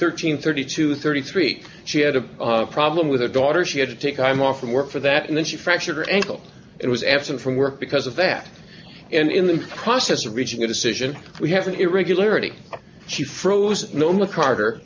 thirteen thirty to thirty three she had a problem with her daughter she had to take i'm off from work for that and then she fractured her ankle and was absent from work because of that and in the process of reaching a decision we have an irregularity she froze normally carter